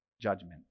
judgment